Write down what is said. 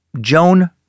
Joan